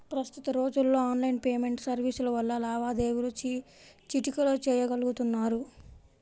ప్రస్తుత రోజుల్లో online payment సర్వీసుల వల్ల లావాదేవీలు చిటికెలో చెయ్యగలుతున్నారు